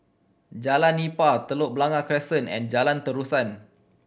Jalan Nipah Telok Blangah Crescent and Jalan Terusan